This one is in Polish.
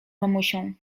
mamusią